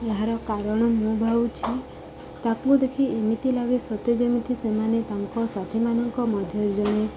ଏହାର କାରଣ ମୁଁ ଭାବୁଛି ତାକୁ ଦେଖି ଏମିତି ଲାଗେ ସତ୍ତେ ଯେମିତି ସେମାନେ ତାଙ୍କ ସାଥିୀମାନଙ୍କ ମଧ୍ୟ ରୁ ଜଣେ